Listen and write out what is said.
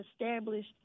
established